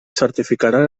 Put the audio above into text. certificarà